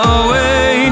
away